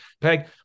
Peg